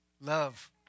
Love